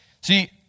See